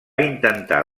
intentar